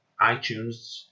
iTunes